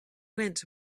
went